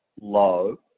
low